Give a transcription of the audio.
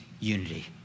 unity